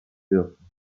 dürfen